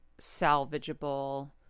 salvageable